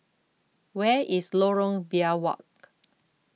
where is Lorong Biawak